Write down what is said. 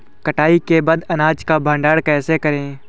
कटाई के बाद अनाज का भंडारण कैसे करें?